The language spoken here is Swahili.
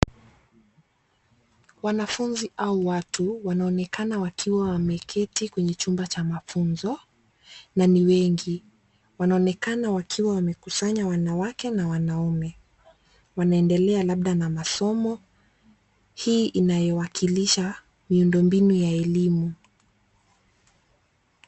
Wanafunzi au watu wanaonekana wakiwa wameketi kwenye chumba cha mafunzo na ni wengi. Wanaonekana wakiwa wamekusanya wanawake na wanaume. Wanaendelea labda na masomo hii inayowakilisha miundombinu ya elimu .